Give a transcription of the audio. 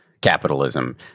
capitalism